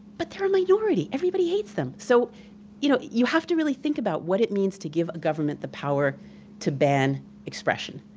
but they're a minority, everybody hates them. so you know you have to really think about what it means to give a government the power to ban expression.